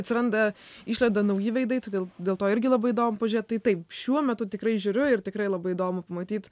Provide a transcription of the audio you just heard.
atsiranda išlenda nauji veidai todėl dėl to irgi labai įdomu pažėt tai taip šiuo metu tikrai žiūriu ir tikrai labai įdomu pamatyt